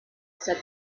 said